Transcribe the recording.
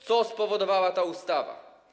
Co spowodowała ta ustawa?